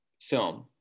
film